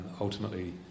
ultimately